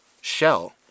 shell